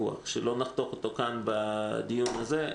ויכוח שלא נחתוך אותו כאן בדיון הזה.